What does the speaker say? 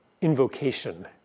invocation